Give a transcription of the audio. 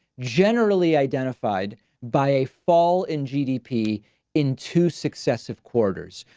generally identified by a fall in gdp in two successive quarters.